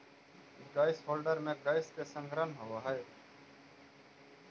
gas holder में gas के संग्रहण होवऽ हई